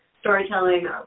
storytelling